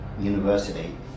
University